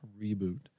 reboot